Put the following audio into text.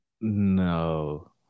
no